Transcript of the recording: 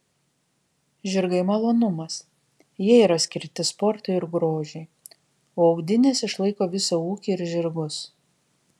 žirgai malonumas jie yra skirti sportui ir grožiui o audinės išlaiko visą ūkį ir žirgus